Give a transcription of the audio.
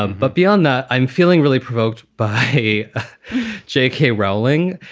ah but beyond that, i'm feeling really provoked by a j k. rowling.